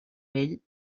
vell